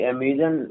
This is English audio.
Amazon